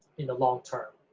in the long term.